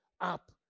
up